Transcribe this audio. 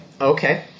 Okay